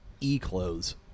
e-clothes